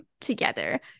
together